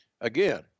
again